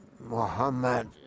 Muhammad